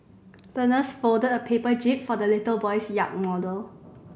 the nurse folded a paper jib for the little boy's yacht model